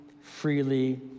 freely